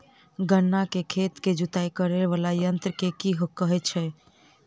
गन्ना केँ खेत केँ जुताई करै वला यंत्र केँ की कहय छै?